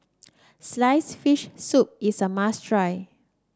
sliced fish soup is a must try